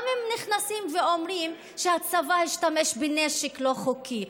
גם אם נכנסים ואומרים שהצבא השתמש בנשק לא חוקי,